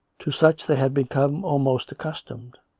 to such they had become almost accustomed.